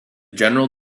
general